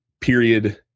period